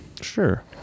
Sure